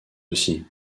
aussi